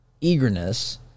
eagerness